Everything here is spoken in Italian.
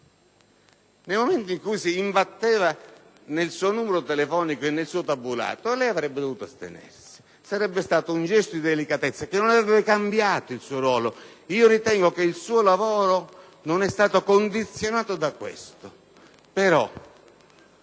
Nel momento in cui si è imbattuto nel suo numero telefonico e nel suo tabulato, avrebbe dovuto astenersi. Sarebbe stato un gesto di delicatezza che non avrebbe cambiato il suo ruolo. Io ritengo che il suo lavoro non sia stato condizionato da questo. Penso,